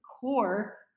core